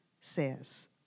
says